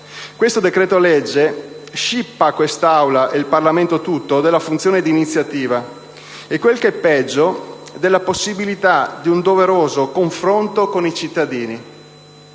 Questo decreto-legge scippa quest'Aula e il Parlamento tutto della funzione d'iniziativa e, quel che è peggio, della possibilità di un doveroso confronto con i cittadini